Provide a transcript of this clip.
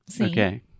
Okay